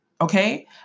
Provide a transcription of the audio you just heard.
Okay